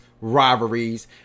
rivalries